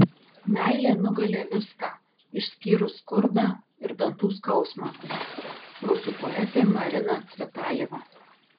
meilė nugali viską išskyrus skurdą ir dantų skausmą rusų poetė marina cvetajeva